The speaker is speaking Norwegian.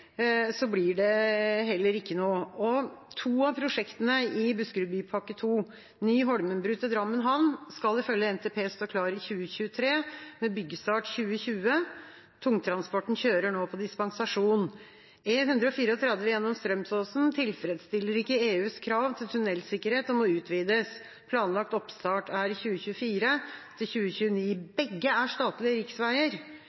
blir det heller ikke noe av det. Når det gjelder to av prosjektene i Buskerudbypakke 2, skal ny Holmenbru til Drammen havn ifølge NTP stå klar i 2023 med byggestart i 2020. Tungtransporten kjører nå på dispensasjon. Og E134 gjennom Strømsåsen tilfredsstiller ikke EUs krav til tunnelsikkerhet og må utvides. Planlagt oppstart er i perioden 2024–2029, og den skal stå klar i 2029.